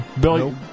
Billy